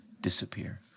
disappear